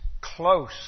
close